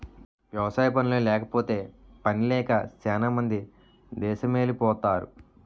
వ్యవసాయ పనుల్లేకపోతే పనిలేక సేనా మంది దేసమెలిపోతరు